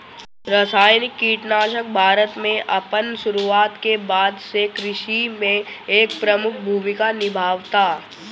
रासायनिक कीटनाशक भारत में अपन शुरुआत के बाद से कृषि में एक प्रमुख भूमिका निभावता